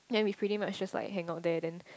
then we pretty much just like hang out there then